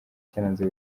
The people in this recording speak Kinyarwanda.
cyaranze